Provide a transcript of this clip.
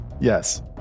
Yes